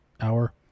hour